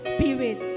Spirit